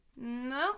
No